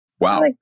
Wow